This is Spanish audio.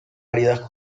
áridas